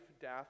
death